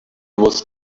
was